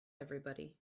everybody